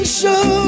show